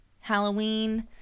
Halloween